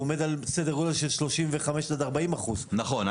הוא עומד על סדר-גודל של 35% עד 40%. נכון,